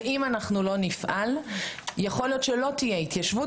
ואם אנחנו לא נפעל יכול להיות שלא תהיה התיישבות